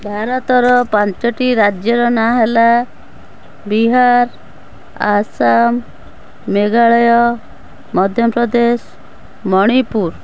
ଭାରତର ପାଞ୍ଚଟି ରାଜ୍ୟର ନାଁ ହେଲା ବିହାର ଆସାମ ମେଘାଳୟ ମଧ୍ୟପ୍ରଦେଶ ମଣିପୁର